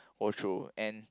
go through and